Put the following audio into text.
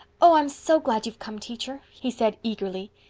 oh, i'm so glad you've come, teacher, he said eagerly,